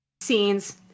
scenes